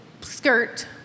skirt